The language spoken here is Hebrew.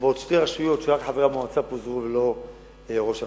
ועוד שתי רשויות שבהן רק חברי המועצה פוזרו ולא ראש הרשות.